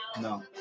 No